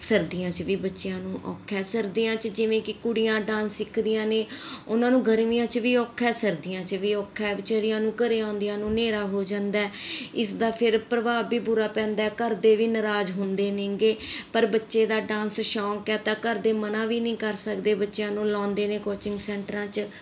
ਸਰਦੀਆਂ 'ਚ ਵੀ ਬੱਚਿਆਂ ਨੂੰ ਔਖਾ ਹੈ ਸਰਦੀਆਂ 'ਚ ਜਿਵੇਂ ਕਿ ਕੁੜੀਆਂ ਡਾਂਸ ਸਿੱਖਦੀਆਂ ਨੇ ਉਹਨਾਂ ਨੂੰ ਗਰਮੀਆਂ 'ਚ ਵੀ ਔਖਾ ਸਰਦੀਆਂ 'ਚ ਵੀ ਔਖਾ ਵਿਚਾਰੀਆਂ ਨੂੰ ਘਰੇ ਆਉਂਦੀਆਂ ਨੂੰ ਹਨੇਰਾ ਹੋ ਜਾਂਦਾ ਇਸ ਦਾ ਫਿਰ ਪ੍ਰਭਾਵ ਵੀ ਬੁਰਾ ਪੈਂਦਾ ਘਰਦੇ ਵੀ ਨਾਰਾਜ਼ ਹੁੰਦੇ ਨੇਗੇ ਪਰ ਬੱਚੇ ਦਾ ਡਾਂਸ ਸ਼ੌਂਕ ਹੈ ਤਾਂ ਘਰ ਦੇ ਮਨ੍ਹਾ ਵੀ ਨਹੀਂ ਕਰ ਸਕਦੇ ਬੱਚਿਆਂ ਨੂੰ ਲਗਾਉਂਦੇ ਨੇ ਕੋਚਿੰਗ ਸੈਂਟਰਾਂ 'ਚ